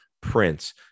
Prince